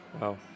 wow